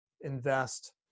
invest